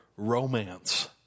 Romance